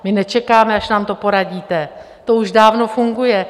My nečekáme, až nám to poradíte, to už dávno funguje.